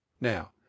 Now